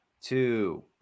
two